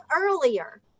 earlier